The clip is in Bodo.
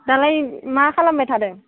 दालाय मा खालामबाय थादों